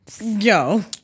Yo